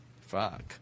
Fuck